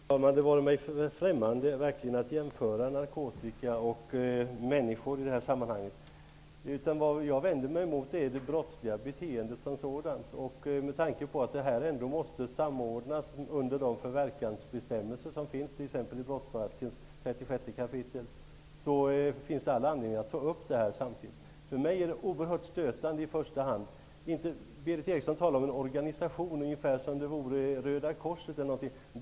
Herr talman! Det vore mig verkligen främmande att jämföra narkotika och människor i det här sammanhanget. Det jag vänder mig emot är det brottsliga beteendet som sådant. Med tanke på att detta ändå måste samordnas under de förverkansbestämmelser som finns, t.ex. i 36 kap. brottsbalken, finns det all anledning att ta upp detta samtidigt. För mig är det oerhört stötande när Berith Eriksson talar om en organisation som om det vore Röda korset eller något sådant.